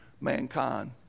mankind